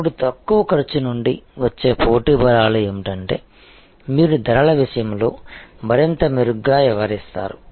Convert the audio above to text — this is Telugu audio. ఇప్పుడు తక్కువ ఖర్చు నుండి వచ్చే పోటీ బలాలు ఏమిటంటే మీరు ధరల విషయంలో మరింత మెరుగ్గా వ్యవహరిస్తారు